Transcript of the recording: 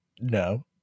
No